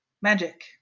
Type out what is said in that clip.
magic